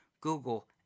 Google